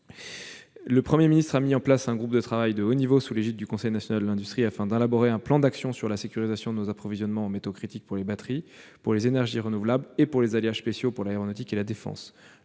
le Premier ministre a mis en place un groupe de travail de haut niveau, sous l'égide du Conseil national de l'industrie, afin d'élaborer un plan d'action sur la sécurisation de nos approvisionnements en métaux critiques pour les batteries, les énergies renouvelables et les alliages spéciaux utilisés par l'aéronautique et la défense.